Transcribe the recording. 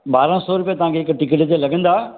ॿारहं सौ रुपिया तव्हां हिकु टिकिट जा लगंदा